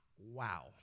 Wow